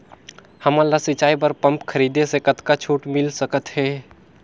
हमन ला सिंचाई बर पंप खरीदे से कतका छूट मिल सकत हे?